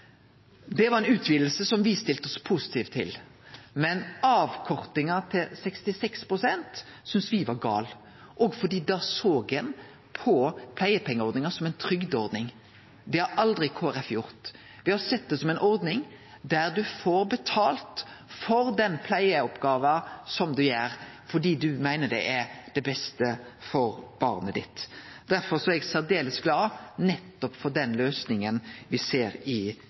Det var ei utviding som me stilte oss positive til, men avkortinga til 66 pst. synest me var galen, også fordi ein da såg på pleiepengeordninga som ei trygdeordning. Det har aldri Kristeleg Folkeparti gjort. Me har sett det som ei ordning der ein får betalt for den pleieoppgåva som du gjer, fordi du meiner det er det beste for barnet ditt. Derfor er eg særdeles glad for nettopp den løysinga som me ser i